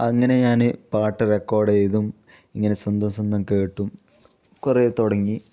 അങ്ങനെ ഞാൻ പാട്ട് റെക്കോഡ് ചെയ്തും ഇങ്ങനെ സ്വന്തം സ്വന്തം കേട്ടും കുറേ തുടങ്ങി